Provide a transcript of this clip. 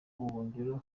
ubuhungiro